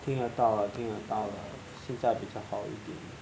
听得到了听得到了现在比较好一点